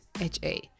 ha